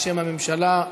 בשם הממשלה,